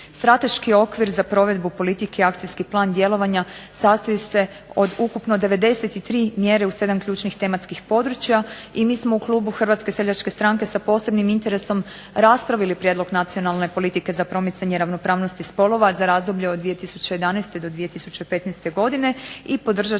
Strateški okvir za provedbu politike i akcijski plan djelovanja sastoji se od ukupno 93 mjere u 7 ključnih tematskih područja i mi smo u klubu HSS-a sa posebnim interesom raspravili prijedlog nacionalne politike za promicanje ravnopravnosti spolova za razdoblje od 2011. do 2015. godine i podržat